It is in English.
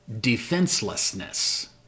defenselessness